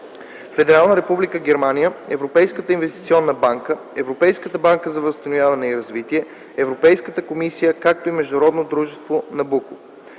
Федерална Република Германия, Европейската инвестиционна банка, Европейската банка за възстановяване и развитие, Европейската комисия, както и Международното дружество „Набуко”.